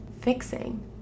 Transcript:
fixing